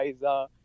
guys